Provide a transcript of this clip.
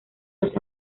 los